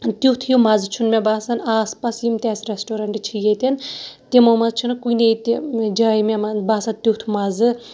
تیُتھ ہیوٗ مَزٕ چھُنہٕ مےٚ باسان آس پاس یِم تہِ اَسہِ رٮ۪سٹورنٛٹ چھِ ییٚتٮ۪ن تِمو منٛز چھِنہٕ کُنے تہِ جایہِ مےٚ ما باسان تیُتھ مَزٕ